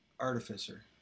artificer